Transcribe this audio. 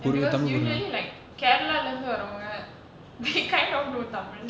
ya because usually like கேரளாலஇருந்துவர்ரவங்க:keralala irundhu varravanka they kind of know tamil